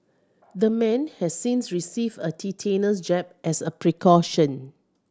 the man has since received a tetanus jab as a precaution